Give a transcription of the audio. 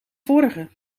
vorige